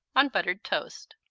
on buttered toast.